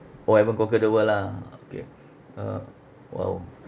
orh haven't conquer the world lah okay uh !wow!